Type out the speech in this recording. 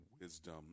Wisdom